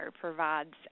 provides